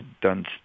done